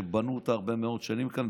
שבנו אותה הרבה מאוד שנים כאן,